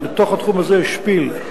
בתוך התחום הזה יש "שפיל",